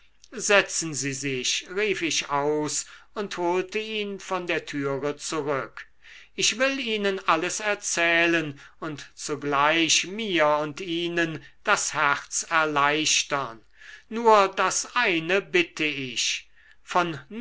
setzen sie sich rief ich aus und holte ihn von der türe zurück ich will ihnen alles erzählen und zugleich mir und ihnen das herz erleichtern nur das eine bitte ich von